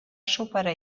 superar